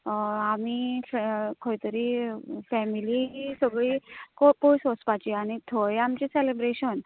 आमी खंय तरी फॅमिली खंय तरी पयस वचपाची थंय आमचें सेलेंब्रेशन